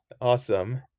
awesome